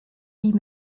die